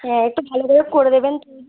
হ্যাঁ একটু ভালো করে করে দেবেন